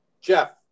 jeff